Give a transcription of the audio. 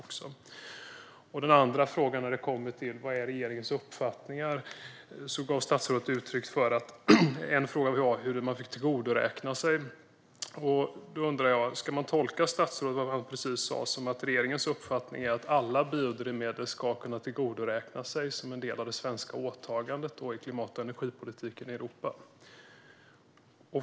När det gäller den andra frågan, den om regeringens uppfattningar, var enligt statsrådet en fråga hur man får tillgodoräkna sig. Ska man tolka det statsrådet precis sa som att regeringens uppfattning är att alla biodrivmedel ska kunna tillgodoräknas som en del av det svenska åtagandet i klimat och energipolitiken i Europa?